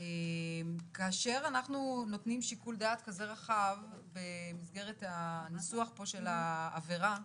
כאשר אנחנו נותנים שיקול דעת כזה רחב במסגרת הניסוח פה של העבירה,